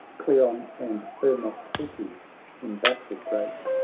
cleon and thermosites, in battle great,